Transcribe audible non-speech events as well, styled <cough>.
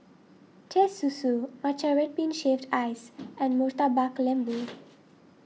Teh Susu Matcha Red Bean Shaved Ice and Murtabak Lembu <noise>